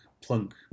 plunk